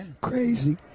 Crazy